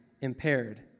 impaired